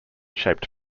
shaped